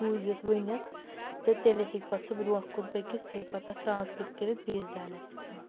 بوٗزِتھ ؤنِتھ تہٕ تیٚلے ہیٚکہِ پَتہٕ سُہ برٛونٛٹھ کُن پٔکِتھ سُہ ہیٚکہِ پَتہٕ تَتھ ٹرٛانٛسلیٹ کٔرِتھ بیٚیِس ڈایلیٚکٹَس منٛز